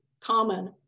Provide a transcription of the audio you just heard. common